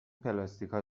پلاستیکها